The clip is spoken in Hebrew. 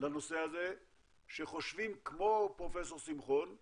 לנושא הזה שחושבים כמו פרופ' שמחון.